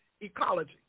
ecology